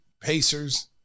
Pacers